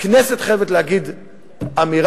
הכנסת חייבת להגיד אמירה,